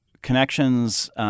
connections